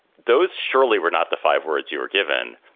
those surely were not the five words you were given.